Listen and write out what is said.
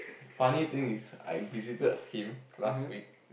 funny thing is I visited him last week